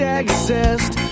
exist